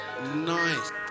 Nice